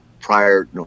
prior